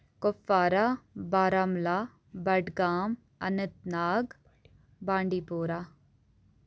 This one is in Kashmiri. کُپوارہ بارہمولہ بڈگام اننت ناگ بانڈی پورہ